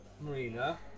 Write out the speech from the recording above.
Marina